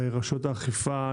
רשויות האכיפה,